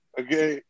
okay